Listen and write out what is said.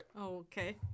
okay